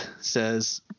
says